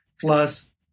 plus